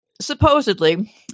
Supposedly